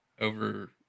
over